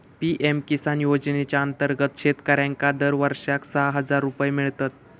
PM किसान योजनेच्या अंतर्गत शेतकऱ्यांका दरवर्षाक सहा हजार रुपये मिळतत